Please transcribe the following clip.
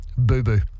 Boo-boo